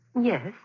Yes